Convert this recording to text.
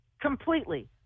completely